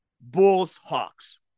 Bulls-Hawks